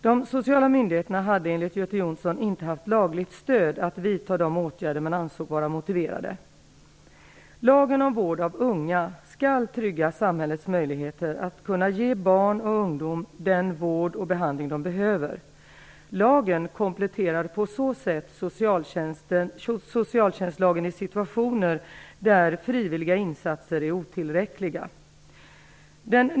De sociala myndigheterna hade enligt Göte Jonsson inte haft lagligt stöd att vidta de åtgärder man ansåg vara motiverade. Lagen om vård av unga skall trygga samhällets möjligheter att kunna ge barn och ungdom den vård och behandling de behöver. Lagen kompletterar på så sätt socialtjänstlagen i situationer där frivilliga insatser är otillräckliga.